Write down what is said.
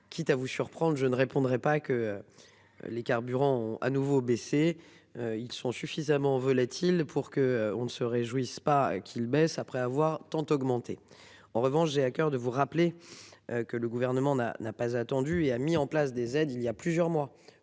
Quitte à vous surprendre, je ne répondrai pas que. Les carburants ont à nouveau baissé, ils sont suffisamment volatiles pour qu'on ne se réjouissent pas qu'il baisse après avoir tant augmenté. En revanche, j'ai à coeur de vous rappeler. Que le gouvernement n'a, n'a. Pas attendu et a mis en place des aides il y a plusieurs mois